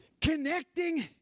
connecting